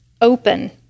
open